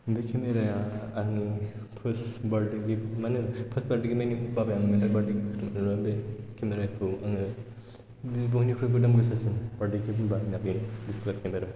बे केमेरा या आंनि फार्स्ट बार्थडे गिफ्ट माने फार्स्ट बार्थडे गिफ्ट माने बाबाया आंनोहाय बार्थडे गिफ्ट होदोंमोन बे केमेरा खौ आङो बयनिख्रुयबो दाम गोसासिन बार्थडे गिफ्ट होनबा आंना बेनो D S L R camera